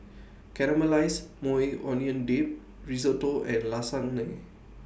Caramelized Maui Onion Dip Risotto and Lasagne